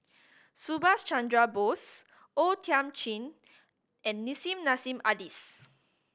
Subhas Chandra Bose O Thiam Chin and Nissim Nassim Adis